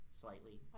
slightly